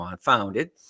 founded